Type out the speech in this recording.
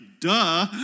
duh